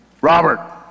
Robert